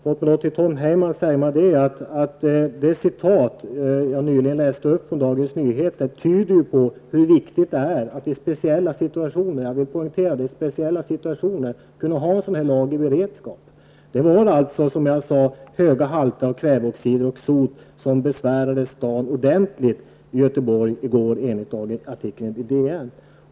Jag vill till Tom Heyman säga att det citat från Dagens Nyheter jag nyligen läste upp tyder på hur viktigt det är att i speciella situationer -- jag vill poängtera att det är fråga om speciella situationer -- kunna ha en sådan lag i beredskap. Som jag tidigare sade var det höga halter av kväveoxid och sot som besvärade Göteborg ordentligt i går enligt artikeln i DN.